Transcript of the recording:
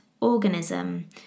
organism